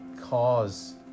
cause